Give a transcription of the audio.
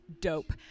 dope